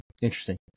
Interesting